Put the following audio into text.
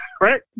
Right